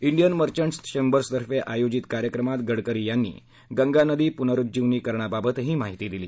Indian merchants chamber तर्फे आयोजित कार्यक्रमात गडकरी यांनी गंगा नदी पुनरुज्जीवनीकरणाबाबत माहिती दिली